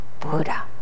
Buddha